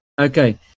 Okay